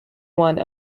one